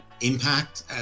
Impact